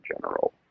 general